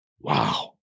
Wow